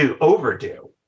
overdue